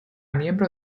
miembro